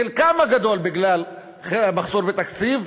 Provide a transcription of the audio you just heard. חלקן הגדול בגלל המחסור בתקציב,